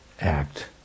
act